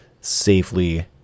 safely